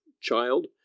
child